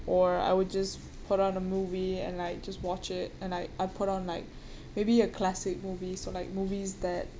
or I would just put on a movie and like just watch it and like I put on like maybe a classic movie so like movies that